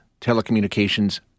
telecommunications